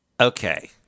Okay